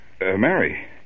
Mary